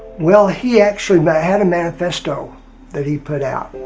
well, he actually but had a manifesto that he put out.